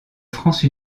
france